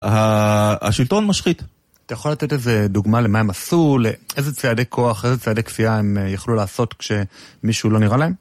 השלטון משחית. אתה יכול לתת איזה דוגמה למה הם עשו, לאיזה צעדי כוח, איזה צעדי כפייה הם יכולו לעשות כשמישהו לא נראה להם?